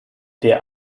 der